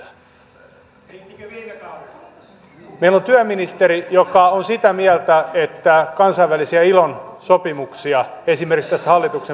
meillä on työministeri joka on sitä mieltä että kansainvälisiä ilon sopimuksia esimerkiksi tässä hallituksen pakkopaketissa ei voi noudattaa